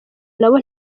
nabo